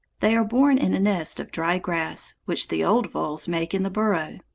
they are born in a nest of dry grass, which the old voles make in the burrow,